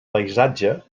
paisatge